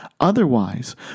Otherwise